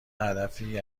هدفی